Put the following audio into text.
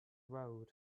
road